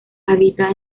habita